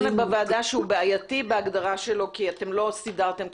בוועדה שהוא בעייתי בהגדרה שלו כי אתם לא סידרתם,